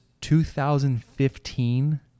2015